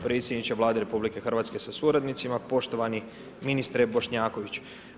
Predsjedniče Vlade RH sa suradnicima, poštovani ministre Bošnjaković.